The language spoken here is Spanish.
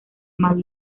mal